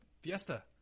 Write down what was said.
fiesta